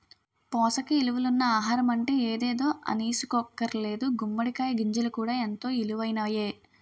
పోసక ఇలువలున్న ఆహారమంటే ఎదేదో అనీసుకోక్కర్లేదు గుమ్మడి కాయ గింజలు కూడా ఎంతో ఇలువైనయే